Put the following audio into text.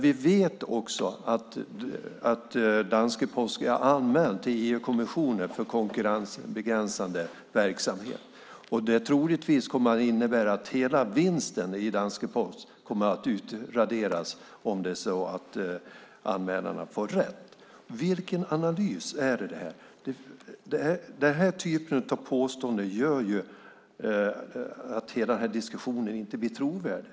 Vi vet att Post Danmark är anmäld till EU-kommissionen för konkurrensbegränsande verksamhet, och det kommer troligtvis att innebära att hela vinsten i Post Danmark kommer att utraderas om anmälarna får rätt. Vilken analys finns det? Den typen av påståenden gör att hela den här diskussionen inte blir trovärdig.